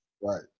Right